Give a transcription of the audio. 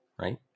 right